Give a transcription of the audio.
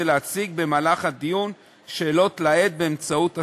ולהציג במהלך הדיון שאלות לעד באמצעות הסנגור.